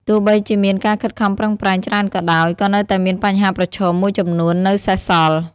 ទោះបីជាមានការខិតខំប្រឹងប្រែងច្រើនក៏ដោយ ក៏នៅតែមានបញ្ហាប្រឈមមួយចំនួននៅសេសសល់។